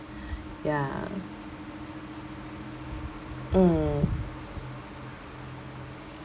ya mm